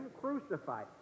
crucified